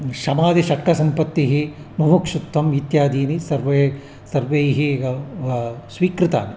शमादिषट्कसम्पत्तिः मुमुक्षुत्वम् इत्यादीनि सर्वे सर्वैः स्वीकृतानि